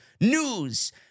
news